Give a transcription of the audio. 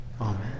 Amen